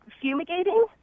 fumigating